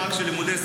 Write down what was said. לא מדברים.